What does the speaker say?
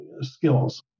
skills